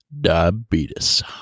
Diabetes